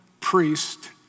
priest